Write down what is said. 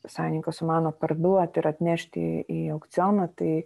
savininkas sumano parduoti ir atnešti į į aukcioną tai